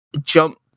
jump